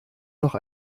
noch